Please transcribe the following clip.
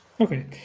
Okay